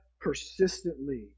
persistently